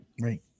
Right